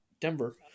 Denver